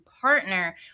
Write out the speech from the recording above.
partner